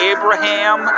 Abraham